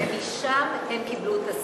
משם הם קיבלו את הסמכות.